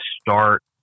start